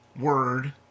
word